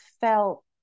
felt